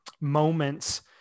moments